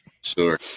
Sure